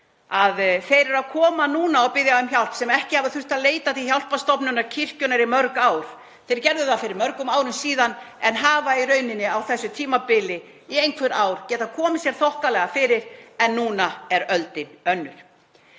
að þeir eru að koma núna og biðja um hjálp sem ekki hafa þurft að leita til Hjálparstofnunar kirkjunnar í mörg ár. Þeir gerðu það fyrir mörgum árum síðan en hafa á þessu tímabili, í einhver ár, getað komið sér þokkalega fyrir. En núna er öldin önnur.